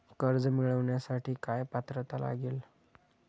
कर्ज मिळवण्यासाठी काय पात्रता लागेल?